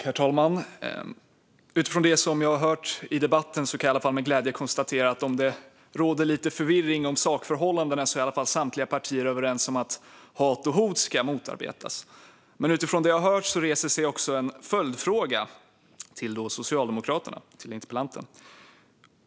Herr talman! Utifrån det jag har hört i debatten kan jag i alla fall med glädje konstatera att även om det råder lite förvirring om sakförhållandena är samtliga partier överens om att hat och hot ska motarbetas. Men utifrån det jag har hört uppstår också en följdfråga till Socialdemokraterna och interpellanten.